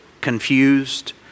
confused